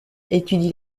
étudie